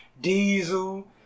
Diesel